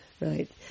Right